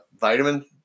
vitamin